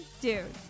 dude